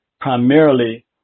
primarily